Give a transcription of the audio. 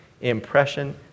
impression